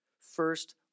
first